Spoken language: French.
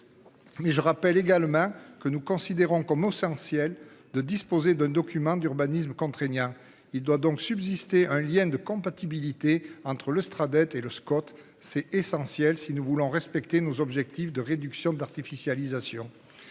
Mais je rappelle également que nous considérons comme aux ciel de disposer d'un document d'urbanisme contraignant. Il doit donc subsister un lien de compatibilité entre l'Austra dette et le Scott c'est essentiel si nous voulons respecter nos objectifs de réduction de l'artificialisation